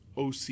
OC